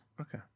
Okay